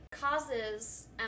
causes